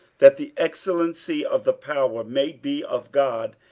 that the excellency of the power may be of god,